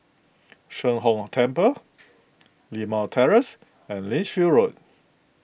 Sheng Hong Temple Limau Terrace and Lichfield Road